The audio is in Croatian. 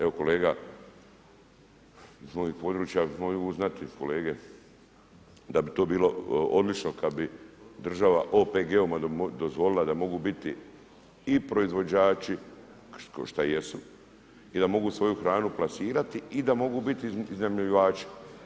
Evo kolega iz mojeg područja mogu znati kolege da bi to bilo odlično kad bi država OPG-om dozvolila da mogu biti i proizvođači, kao što jesu, i da mogu svoju hranu plasirati i da mogu biti iznajmljivači.